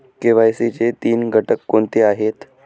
KYC चे तीन घटक कोणते आहेत?